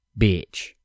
bitch